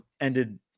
ended